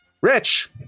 Rich